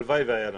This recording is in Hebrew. הלוואי שהיה לנו.